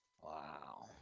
Wow